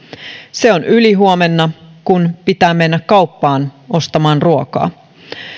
se on ylihuomenna kun pitää mennä kauppaan ostamaan ruokaa